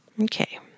Okay